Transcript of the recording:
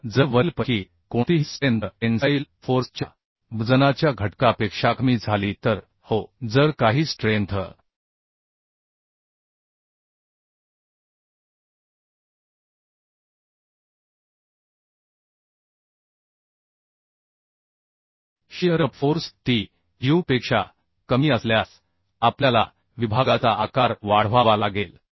तर जर वरीलपैकी कोणतीही स्ट्रेंथ टेन्साईल फोर्स च्या वजनाच्या घटकापेक्षाकमी झाली तर हो जर काही स्ट्रेंथ शिअर फोर्स Tuपेक्षा कमी असल्यास आपल्याला विभागाचा आकार वाढवावा लागेल